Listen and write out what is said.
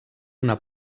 una